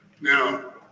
Now